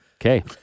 Okay